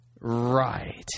Right